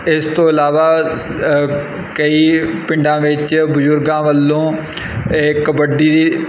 ਇਸ ਤੋਂ ਇਲਾਵਾ ਕਈ ਪਿੰਡਾਂ ਵਿੱਚ ਬਜ਼ੁਰਗਾਂ ਵੱਲੋਂ ਇਹ ਕਬੱਡੀ ਦੀ